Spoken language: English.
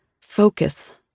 Focus